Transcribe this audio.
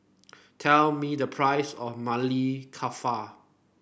tell me the price of Maili Kofta